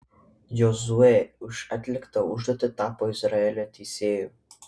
jozuė už atliktą užduotį tapo izraelio teisėju